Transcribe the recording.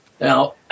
Now